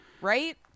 right